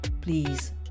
Please